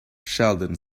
sheldon